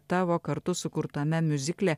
tavo kartu sukurtame miuzikle